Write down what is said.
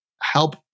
help